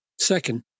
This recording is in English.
Second